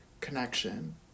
connection